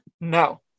No